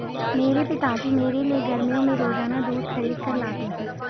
मेरे पिताजी मेरे लिए गर्मियों में रोजाना दूध खरीद कर लाते हैं